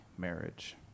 marriage